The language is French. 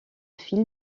film